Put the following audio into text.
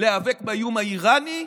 להיאבק באיום האיראני,